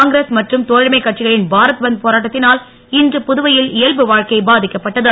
காங்கிரஸ் மற்றும் தோழமைக் கட்சிகளின் பாரத் பந்த் போராட்டத்தினால் இன்று புதுவையில் இயல்பு வாழ்க்கை பாதிக்கப்பட்டது